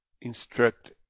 instruct